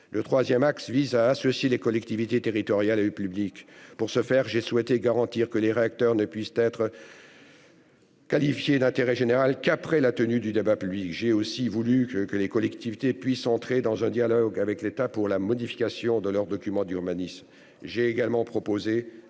Le troisième axe vise à associer les collectivités territoriales et le public. Pour ce faire, j'ai souhaité garantir que les réacteurs ne puissent être qualifiés d'intérêt général qu'après la tenue du débat public. J'ai aussi voulu que les collectivités puissent amorcer un dialogue avec l'État s'agissant de la modification de leurs documents d'urbanisme.